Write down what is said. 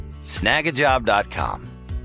snagajob.com